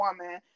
woman